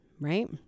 right